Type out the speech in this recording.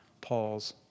Paul's